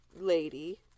lady